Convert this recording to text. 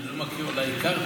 אני לא מכיר, אולי הכרתי.